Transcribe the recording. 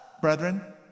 brethren